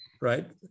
right